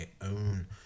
own